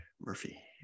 Murphy